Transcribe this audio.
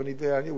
יכול להיות,